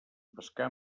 pescar